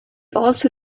also